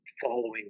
following